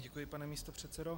Děkuji, pane místopředsedo.